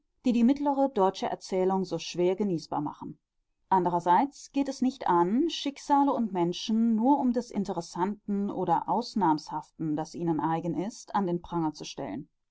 die die mittlere deutsche erzählung so schwer genießbar machen andrerseits geht es nicht an schicksale und menschen nur um des interessanten oder ausnahmshaften das ihnen eigen ist an den pranger zu stellen